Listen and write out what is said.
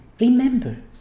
Remember